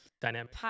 dynamic